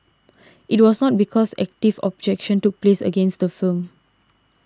it was not because active objection took place against the film